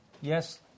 Yes